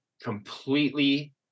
completely